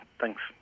Thanks